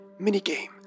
minigame